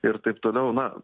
ir taip toliau na